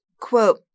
quote